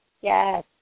Yes